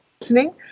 listening